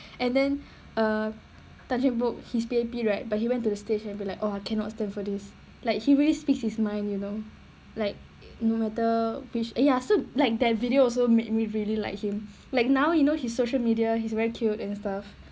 and then err tan cheng bock he's P_A_P right but he went to the stage and be like oh I cannot stand for this like he really speaks his mind you know like no matter which ah ya so like that video also made me really like him like now you know his social media is very cute and stuff